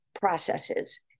processes